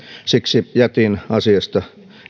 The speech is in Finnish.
siksi jätin asiasta